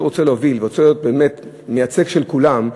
מי שרוצה להוביל ורוצה להיות באמת מייצג של כולם,